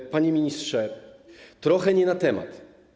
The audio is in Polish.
Pan, panie ministrze, trochę nie na temat.